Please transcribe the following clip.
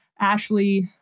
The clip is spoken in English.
Ashley